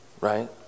right